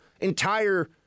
entire